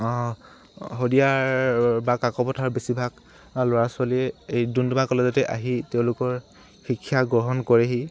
শদিয়াৰ বা কাকোপথাৰ বেছিভাগ ল'ৰা ছোৱালীয়ে এই ডুমডুমা কলেজতে আহি তেওঁলোকৰ শিক্ষা গ্ৰহণ কৰেহি